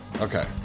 Okay